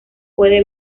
puede